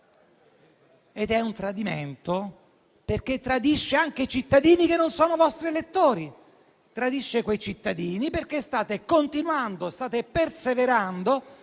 Ed è un tradimento perché tradisce anche i cittadini che non sono vostri elettori; tradisce quei cittadini, perché state continuando e state perseverando